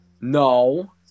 No